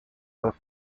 but